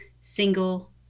single